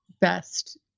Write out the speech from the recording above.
best